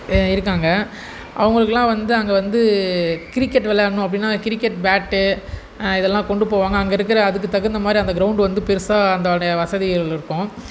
இருக்காங்க அவுங்களுக்கெல்லாம் வந்து அங்கே வந்து கிரிக்கெட் வெளையாட்ணும் அப்படின்னா கிரிக்கெட் பேட்டு இதெல்லாம் கொண்டு போவாங்க அங்கே இருக்கிற அதுக்கு தகுந்த மாதிரி அந்த கிரவுண்ட் வந்து பெருசாக அந்த அதனுடைய வசதிகள் இருக்கும்